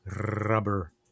Rubber